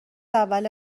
اول